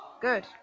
Good